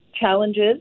challenges